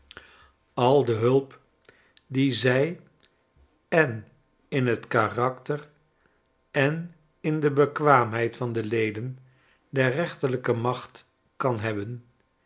al de hulp die zij en in b karakter en in de bekwaamheid van dp leden der rechterlijke macht kan hebben